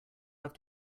have